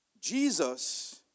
Jesus